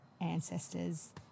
ancestors